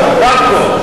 רק פה.